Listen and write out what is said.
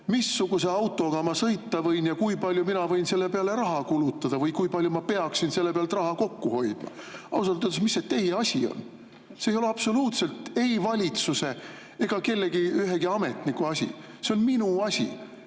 missuguse autoga ma sõita võin ja kui palju mina võin selle peale raha kulutada või kui palju ma peaksin selle pealt raha kokku hoidma. Ausalt öeldes, mis see teie asi on? See ei ole absoluutselt ei valitsuse ega ühegi ametniku asi. See on minu asi.